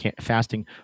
fasting